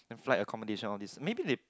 then flight accommodation all these maybe they